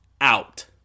out